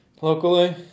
Locally